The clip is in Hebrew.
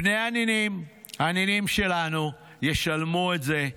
בני הנינים, הנינים שלנו, ישלמו את זה.